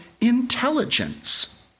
intelligence